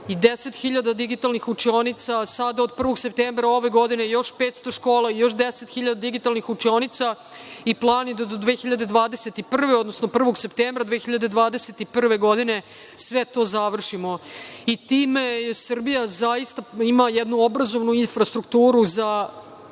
i 10 hiljada digitalnih učionica, a sada od 1. septembra ove godine još 500 škola i još 10 hiljada digitalnih učionica. Plan je da do 2021. godine, odnosno 1. septembra 2021. godine svet to završimo. Time Srbija ima jednu obrazovnu infrastrukturu za